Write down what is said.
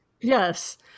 Yes